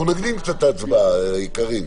אנחנו נקדים קצת את ההצבעה, קארין.